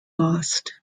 lost